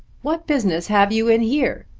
what business have you in here?